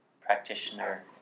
practitioner